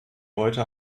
heute